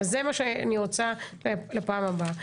אבל זה מה שאני רוצה לפעם הבאה.